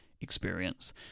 experience